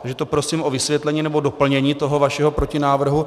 Takže to prosím o vysvětlení nebo doplnění toho vašeho protinávrhu.